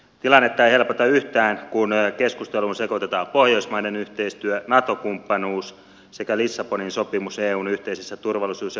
tilannetta ei helpota yhtään kun keskusteluun sekoitetaan pohjoismainen yhteistyö nato kumppanuus sekä lissabonin sopimus eun yhteisessä turvallisuus ja puolustuspolitiikassa